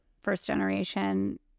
first-generation